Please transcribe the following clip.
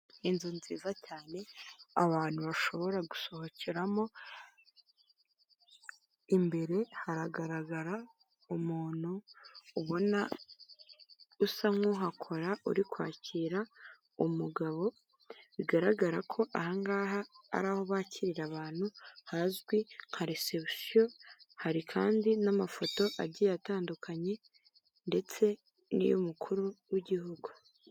Inzu nziza cyane abantu bashobora gusohokeramo imbere haragaragara umuntu ubona usa nkuhakora uri kwakira umugabo, bigaragara ko ahangaha ari aho bakirira abantu hazwi nka reception hari kandi n'amafoto agiye atandukanye ndetse niyu mukuru w'igihugu.